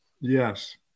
Yes